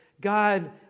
God